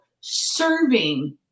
serving